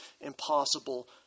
impossible